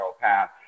Path